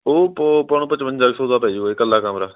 ਉਹ ਪਊ ਆਪਾਂ ਨੂੰ ਪਚਵੰਜਾ ਕੁ ਸੌ ਦਾ ਪੈ ਜੂਗਾ ਇਕੱਲਾ ਕਮਰਾ